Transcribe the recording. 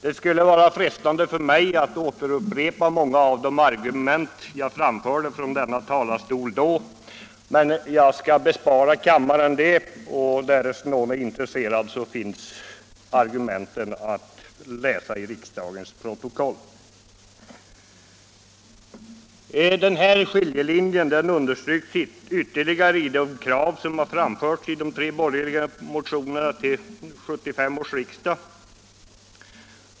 Det skulle vara frestande för mig att upprepa många av de argument jag då framförde från denna talarstol, men jag skall bespara kammaren detta. Därest någon är intresserad finns argumenten att läsa i riksdagens protokoll. Den här skiljelinjen understryks ytterligare i det krav som har framförts i tre borgerliga motioner till 1975 års riksmöte.